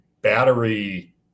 battery